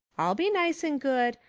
i'll be nice and good.